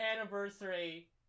anniversary